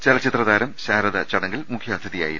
ചലച്ചിത്രതാരം ശാരദ ചട ങ്ങിൽ മുഖ്യാതിഥിയായിരുന്നു